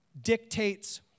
dictates